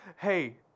Hey